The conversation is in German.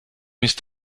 ist